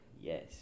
Yes